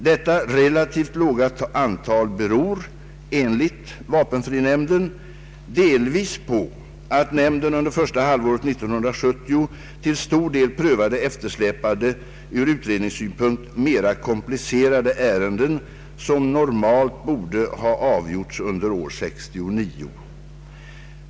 Detta relativt låga antal beror — enligt vapenfrinämnden — delvis på att nämnden under första halvåret 1970 till stor del prövade eftersläpande, från utredningssynpunkt mera komplicerade ärenden, som normalt borde ha avgjorts under år 1969.